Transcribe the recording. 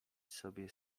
sobie